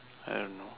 I don't know